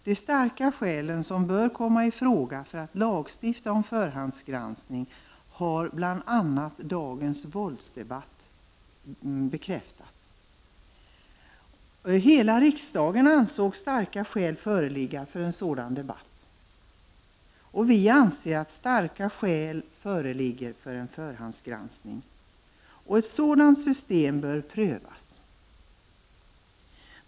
De starka skäl som bör komma i fråga för att man skall lagstifta om förhandsgranskning har bl.a. dagens våldsdebatt bekräftat. Hela riksdagen ansåg starka skäl föreligga för en sådan debatt. Vi anser att starka skäl föreligger för en förhandsgranskning. Ett sådant system bör prövas.